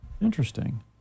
interesting